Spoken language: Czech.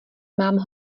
mám